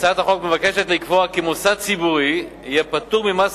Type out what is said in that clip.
הצעת החוק מבקשת לקבוע כי מוסד ציבורי יהיה פטור ממס